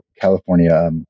California